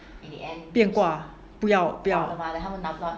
变卦不要不要